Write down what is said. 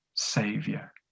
savior